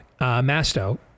Masto